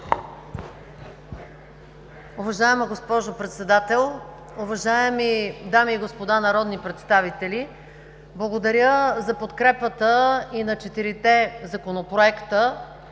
Уважаема госпожо Председател, уважаеми дами и господа народни представители! Благодаря за подкрепата и на четирите законопроекта,